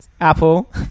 apple